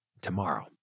tomorrow